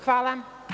Hvala.